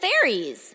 fairies